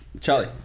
charlie